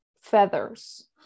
feathers